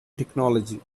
technology